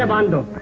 um and